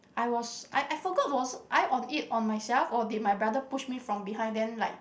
I was I I forgot was I on it on myself or did my brother push me from behind then like